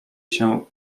się